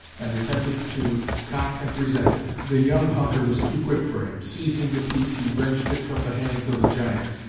and attempted to cock and present it. the young hunter was too quick for him. seizing the piece he wrenched it from the hands of the giant,